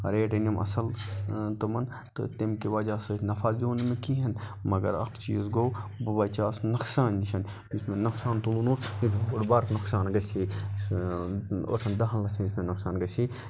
rate أنِم اَصٕل تِمَن تہٕ تمہِ کہِ وجہ سۭتۍ نفع زیوٗن نہٕ مےٚ کِہیٖنۍ مگر اَکھ چیٖز گوٚو بہٕ بَچیووُس نۄقصان نِشَن یُس مےٚ نۄقصان تُلُن اوس بٔڑ بار نۄقصان گژھِ ہے ٲٹھَن دَہَن لَچھَن یُس مےٚ نۄقصان گژھِ ہے